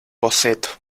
boceto